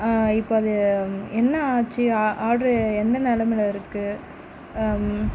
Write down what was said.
இப்போ அது என்ன ஆச்சு ஆட்ரு எந்த நிலமைல இருக்குது